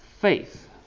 faith